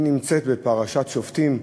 היא נמצאת בפרשת שופטים,